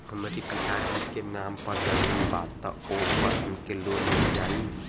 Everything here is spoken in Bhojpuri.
हमरे पिता जी के नाम पर जमीन बा त ओपर हमके लोन मिल जाई?